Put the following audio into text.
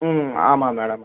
ம்ம் ஆமாம் மேடம்